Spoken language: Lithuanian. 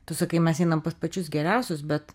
tu sakai mes einam pas pačius geriausius bet